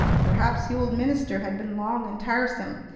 perhaps the old minister had been long and tiresome,